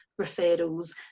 referrals